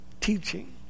teaching